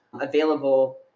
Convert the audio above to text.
available